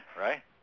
right